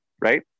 right